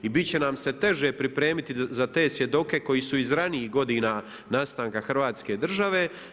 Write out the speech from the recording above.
I bit će nam se teže pripremiti za te svjedoke koji su iz ranijih godina nastanka Hrvatske države.